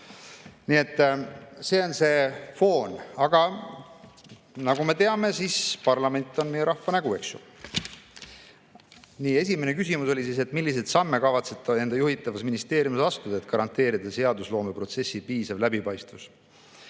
Nii et see on see foon. Aga nagu me teame, siis parlament on meie rahva nägu, eks ju. Nii, esimene küsimus oli: "Milliseid samme kavatsete enda juhitavas ministeeriumis astuda, et garanteerida seadusloomeprotsessi piisav läbipaistvus?"